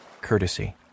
courtesy